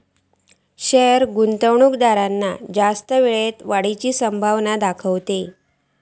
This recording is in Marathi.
शेयर गुंतवणूकदारांका जास्त वेळेत वाढीची संभावना दाखवता